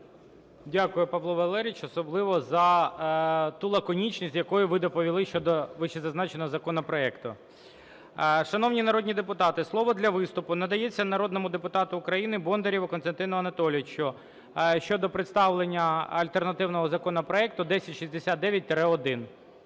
Дякую, Павло Валерійович. Особливо за ту лаконічність, з якою ви доповіли щодо вищезазначеного законопроекту. Шановні народні депутати! Слово для виступу надається народному депутату України Бондарєву Костянтину Анатолійовичу щодо представлення альтернативного законопроекту 1069-1.